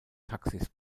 taxis